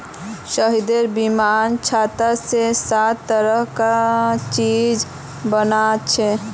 शहदेर बिन्नीर छात स सात तरह कार चीज बनछेक